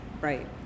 Right